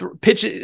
pitch